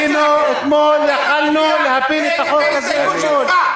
אתה מצביע נגד ההסתייגות שלך.